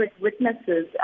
witnesses